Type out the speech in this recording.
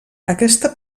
aquesta